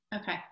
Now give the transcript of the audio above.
Okay